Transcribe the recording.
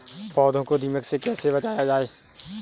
पौधों को दीमक से कैसे बचाया जाय?